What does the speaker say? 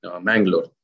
Mangalore